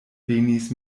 venis